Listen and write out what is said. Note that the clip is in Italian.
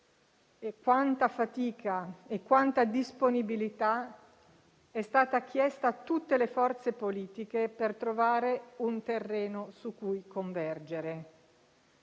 quanta fatica e quanta disponibilità siano state chieste a tutte le forze politiche per trovare un terreno su cui convergere.